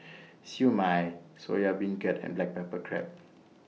Siew Mai Soya Beancurd and Black Pepper Crab